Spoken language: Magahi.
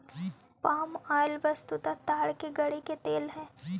पाम ऑइल वस्तुतः ताड़ के गड़ी के तेल हई